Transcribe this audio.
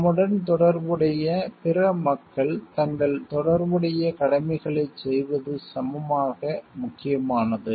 நம்முடன் தொடர்புடைய பிற மக்கள் தங்கள் தொடர்புடைய கடமைகளைச் செய்வது சமமாக முக்கியமானது